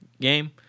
game